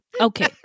Okay